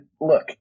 look